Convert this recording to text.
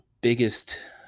biggest